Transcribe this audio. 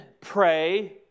pray